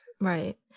Right